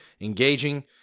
engaging